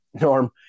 Norm